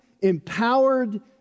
empowered